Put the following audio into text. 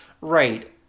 Right